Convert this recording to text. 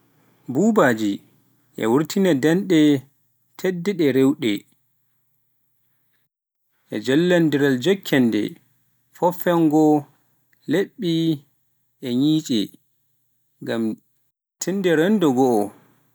Buubaaji e wurtiina daande tiiɗnde rewrude, e jillondiral jokkondire foofaango, leppi e ƴiye, nngam jeertinde renndo ngoo